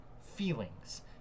feelings